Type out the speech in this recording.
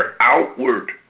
outward